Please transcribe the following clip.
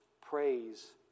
praise